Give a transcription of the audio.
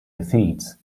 defeats